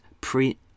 pre